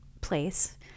place